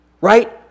right